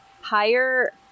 Higher